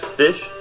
fish